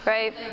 Right